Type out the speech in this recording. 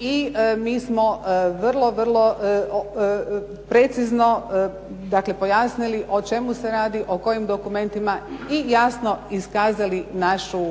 i mi smo vrlo, vrlo precizno pojasnili o čemu se radi, o kojim dokumentima i jasno iskazali našu